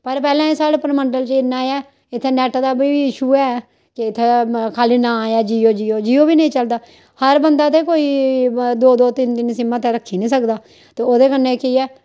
पैह्लें साढ़े परमंडल च इन्ना ऐ इत्थै नैट्ट दा बी इशू ऐ कि इत्थै खाल्ली नां ऐ जिओ जिओ बी निं चलदा हर बंदा ते कोई दो दो तिन्न तिन्न सिम्मां ते रक्खी निं सकदा ते ओह्दे कन्नै केह् ऐ